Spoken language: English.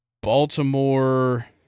Baltimore